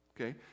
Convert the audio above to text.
Okay